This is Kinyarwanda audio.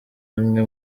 rimwe